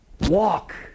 Walk